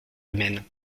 humaine